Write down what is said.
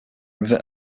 river